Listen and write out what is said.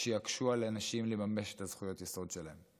שיקשו על האנשים לממש את זכויות היסוד שלהם.